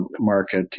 market